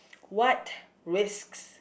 what risks